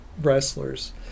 wrestlers